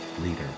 leader